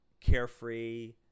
carefree